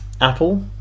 Apple